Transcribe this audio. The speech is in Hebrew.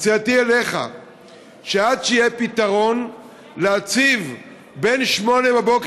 הצעתי אליך היא שעד שיהיה פתרון יציבו בין 08:00